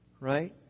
Right